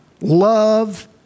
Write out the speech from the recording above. love